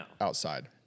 outside